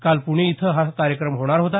काल पूणे इथं हा कार्यक्रम होणार होता